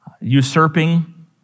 Usurping